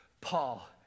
Paul